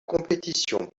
compétition